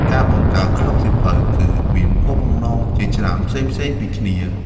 ការបង្កើតក្លឹបសៀវភៅ គឺមានគោលបំណងជាច្រើនផ្សេងៗពីគ្នា។